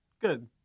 Good